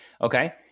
Okay